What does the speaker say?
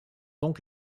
donc